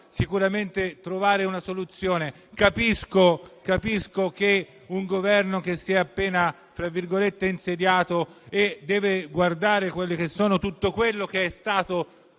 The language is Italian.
sicuramente trovare una soluzione. Capisco che un Governo che si è da poco insediato e deve guardare tutto quello che è stato